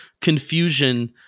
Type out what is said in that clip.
confusion